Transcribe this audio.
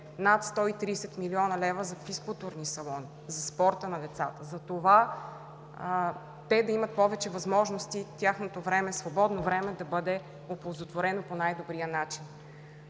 над 130 милиона лева за физкултурни салони, за спорта на децата, затова те да имат повече възможности тяхното свободно време да бъде оползотворено по най-добрия начин.